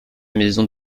maison